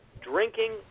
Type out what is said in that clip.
drinking